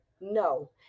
no